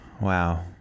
Wow